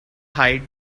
hide